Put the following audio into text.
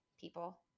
people